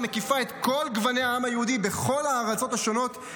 המקיפה את כל גווני העם היהודי בכל הארצות השונות,